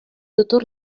dottor